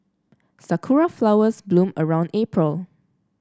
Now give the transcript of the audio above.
Sakura flowers bloom around April